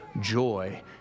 joy